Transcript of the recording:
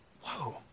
whoa